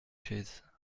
chaise